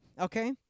okay